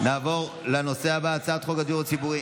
נעבור לנושא הבא, הצעת חוק הדיור הציבורי